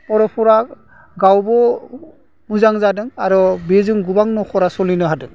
बर'फोरा गावबो मोजां जादों आरो बेजों गोबां नख'रा सोलिनो हादों